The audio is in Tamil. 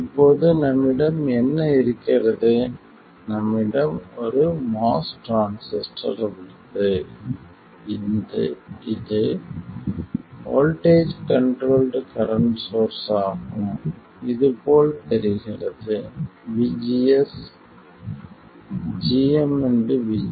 இப்போது நம்மிடம் என்ன இருக்கிறது நம்மிடம் ஒரு MOS டிரான்சிஸ்டர் உள்ளது இது வோல்ட்டேஜ் கண்ட்ரோல்ட் கரண்ட் சோர்ஸ் ஆகும் இது போல் தெரிகிறது VGS gmVGS